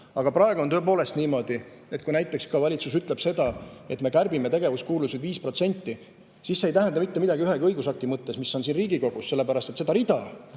Aga praegu on tõepoolest niimoodi, et kui näiteks valitsus ütleb seda, et me kärbime tegevuskulusid 5%, siis see ei tähenda mitte midagi ühegi õigusakti mõttes, mis on siin Riigikogus, sellepärast et seda rida,